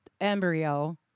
embryo